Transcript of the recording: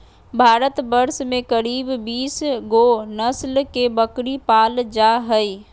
भारतवर्ष में करीब बीस गो नस्ल के बकरी पाल जा हइ